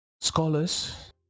scholars